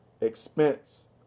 expense